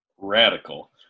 radical